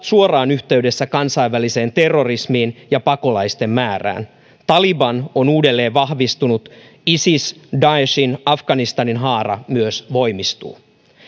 suoraan yhteydessä kansainväliseen terrorismiin ja pakolaisten määrään taliban on uudelleen vahvistunut myös isis daeshin afganistanin haara voimistuu